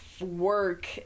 work